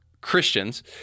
Christians—